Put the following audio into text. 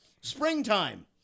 Springtime